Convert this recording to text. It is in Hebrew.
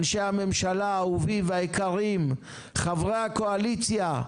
אנשי הממשלה האהובים והיקרים, חברי הקואליציה,